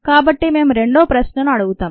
కాబట్టి మేము రెండో ప్రశ్నను అడుగుదాం